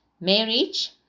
Marriage